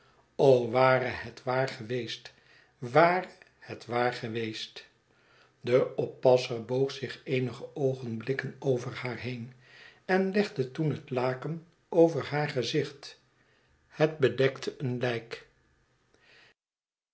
ware het waargeweest ware het waar geweestl de oppasser boog zich eenige oogenblikken over haar heen en legde toen het laken over haar gezicht het bedekte een lijk